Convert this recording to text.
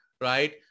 right